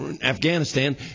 Afghanistan